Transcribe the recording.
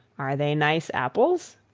are they nice apples?